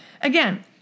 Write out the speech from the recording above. again